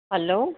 hello